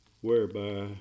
whereby